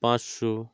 পাঁচশো